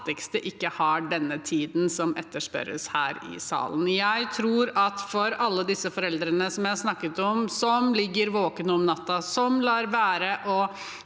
ikke har den tiden som etterspørres her i salen. Jeg vet ikke om alle de foreldrene jeg snakket om, som ligger våkne om natten, som lar være å